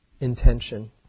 intention